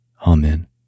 Amen